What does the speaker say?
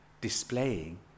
displaying